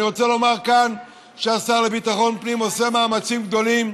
אני רוצה לומר כאן שהשר לביטחון הפנים עושה מאמצים גדולים.